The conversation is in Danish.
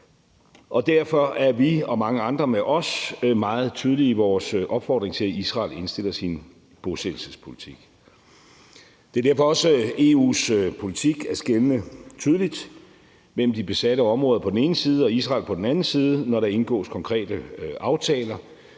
Derfor er vi og mange andre med os meget tydelige i vores opfordring til, at Israel indstiller sin bosættelsespolitik. Det er derfor også EU's politik at skelne tydeligt mellem de besatte områder på den ene side og Israel på den anden side, når der indgås konkrete aftaler,